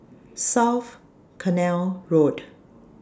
South Canal Road